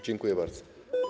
Dziękuję bardzo.